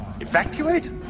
Evacuate